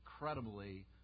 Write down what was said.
incredibly